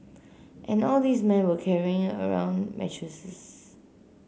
and all these men were carrying around mattresses